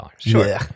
Sure